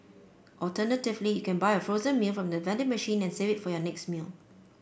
alternatively you can buy a frozen meal from the vending machine and save it for your next meal